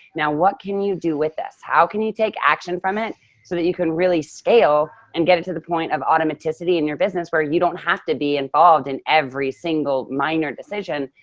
now, what can you do with this? how can you take action from it so that you can really scale and get it to the point of automaticity in your business where you don't have to be involved in every single minor decision,